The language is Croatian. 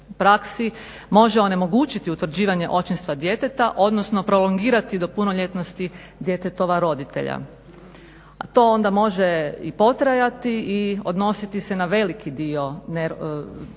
može onemogućiti utvrđivanje očinstva djeteta odnosno prolongirati do punoljetnosti djetetova roditelja. A to onda može i potrajati i odnositi se na veliki dio rođene